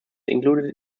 included